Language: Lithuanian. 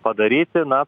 padaryti na